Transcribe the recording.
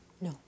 No